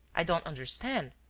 i don't understand.